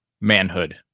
manhood